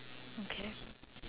okay